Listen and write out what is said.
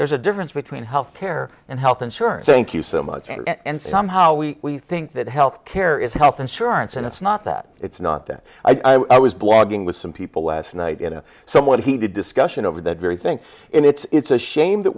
there's a difference between health care and health insurance thank you so much and somehow we think that health care is health insurance and it's not that it's not that i was blogging with some people last night in a somewhat heated discussion over that very thing it's a shame that